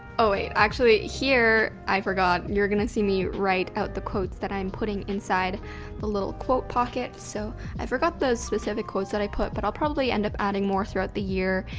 oh wait, actually, here, i forgot, you're gonna see me write out the quotes that i'm putting inside the little quote pocket so i forgot the specific quotes that i put but i'll probably end up adding more throughout the year.